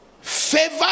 Favor